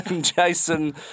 Jason